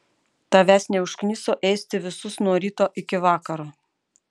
tavęs neužkniso ėsti visus nuo ryto iki vakaro